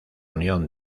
unión